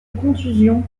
contusions